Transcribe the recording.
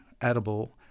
edible